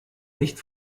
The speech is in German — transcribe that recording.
nicht